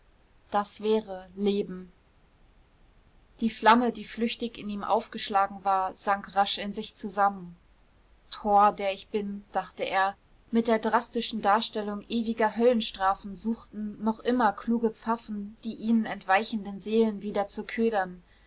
das wäre leben die flamme die flüchtig in ihm aufgeschlagen war sank rasch in sich zusammen tor der ich bin dachte er mit der drastischen darstellung ewiger höllenstrafen suchten noch immer kluge pfaffen die ihnen entweichenden seelen wieder zu ködern